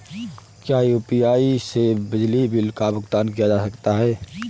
क्या यू.पी.आई से बिजली बिल का भुगतान किया जा सकता है?